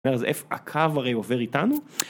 אז איפה הקו הרי עובר איתנו?